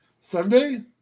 Sunday